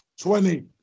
Twenty